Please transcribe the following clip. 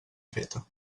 feta